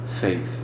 Faith